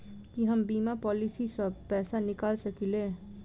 की हम बीमा पॉलिसी सऽ पैसा निकाल सकलिये?